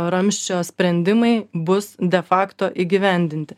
ramsčio sprendimai bus de facto įgyvendinti